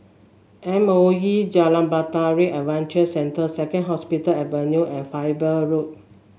M O E Jalan Bahtera Adventure Centre Second Hospital Avenue and Faber Road